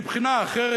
מבחינה אחרת,